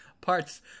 parts